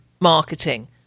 Marketing